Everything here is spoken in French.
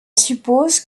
suppose